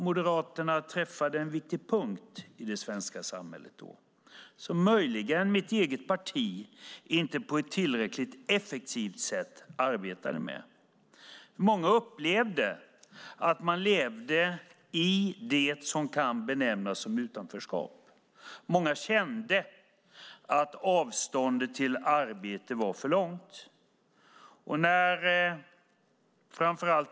Moderaterna träffade en viktig punkt i det svenska samhället, som möjligen mitt eget parti inte på ett tillräckligt effektivt sätt arbetade med. Många upplevde att de levde i det som kan benämnas utanförskap. Många kände att avståndet till arbete var för långt.